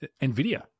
Nvidia